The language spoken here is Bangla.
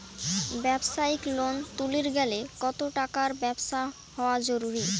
ব্যবসায়িক লোন তুলির গেলে কতো টাকার ব্যবসা হওয়া জরুরি?